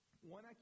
one